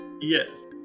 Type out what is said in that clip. Yes